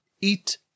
eat